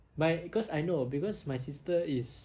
by because I know because my sister is